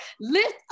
lift